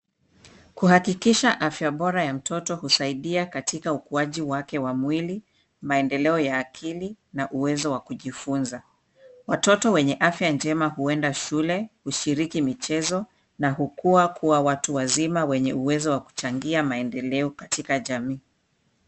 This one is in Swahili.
Kuhakikisha afya bora ya mtoto husaidia katika ukuaji wake wa mwili , maendeleo ya akili na uwezo wa kijifunza. Watoto wenye afya njema huenda shule , hushiriki michezo na hukuwa kua watu wazima wenye uwezo wa kuchangia maendeleo katika jamii.